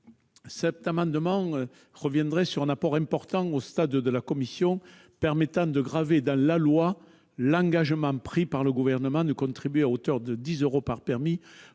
l'amendement n° 164 revient sur un apport important de la commission. Il s'agit de graver dans la loi l'engagement pris par le Gouvernement de contribuer à hauteur de 10 euros par permis